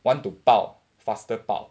want to 报 faster 报